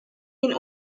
den